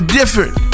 different